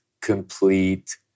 complete